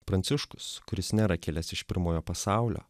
pranciškus kuris nėra kilęs iš pirmojo pasaulio